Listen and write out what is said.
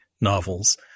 novels